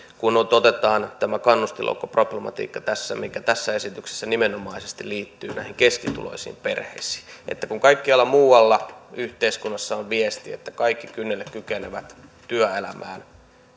kun otetaan tämä kannustinloukkuproblematiikka mikä tässä esityksessä liittyy nimenomaan keskituloisiin perheisiin kun kaikkialla muualla yhteiskunnassa on viesti että kaikki kynnelle kykenevät työelämään